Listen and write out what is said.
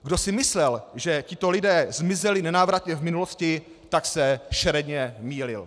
Kdo si myslel, že tito lidé zmizeli nenávratně v minulosti, tak se šeredně mýlil.